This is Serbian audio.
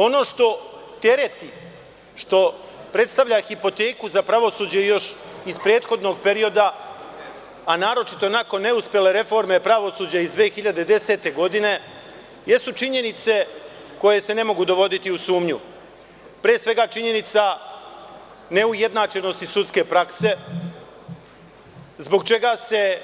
Ono što tereti, što predstavlja hipoteku za pravosuđe još iz prethodnog perioda, a naročito nakon neuspele reforme pravosuđa iz 2010. godine jesu činjenice koje se ne mogu dovoditi u sumnju, pre svega, činjenica neujednačenosti sudske prakse, zbog čega se